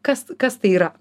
kas kas tai yra